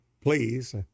Please